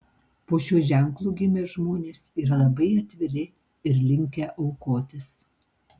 po šiuo ženklu gimę žmonės yra labai atviri ir linkę aukotis